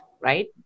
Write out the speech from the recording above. right